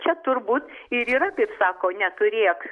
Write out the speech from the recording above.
čia turbūt ir yra kaip sako neturėk